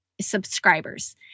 subscribers